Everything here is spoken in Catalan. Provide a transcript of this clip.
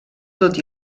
tot